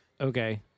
okay